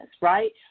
right